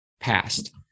past